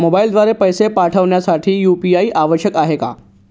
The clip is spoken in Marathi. मोबाईलद्वारे पैसे पाठवण्यासाठी यू.पी.आय आवश्यक आहे का?